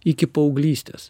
iki paauglystės